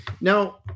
Now